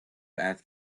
ask